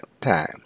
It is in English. time